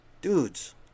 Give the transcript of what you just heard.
Dudes